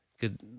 good